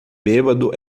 bêbado